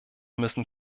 müssen